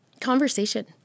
Conversation